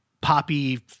poppy